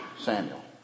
Samuel